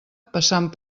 passant